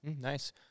Nice